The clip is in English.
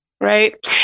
Right